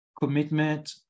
commitment